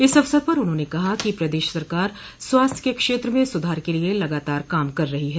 इस अवसर पर उन्होंने कहा कि प्रदेश सरकार स्वास्थ्य के क्षेत्र में सुधार के लिये लगातार काम कर रही है